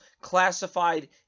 classified